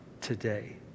today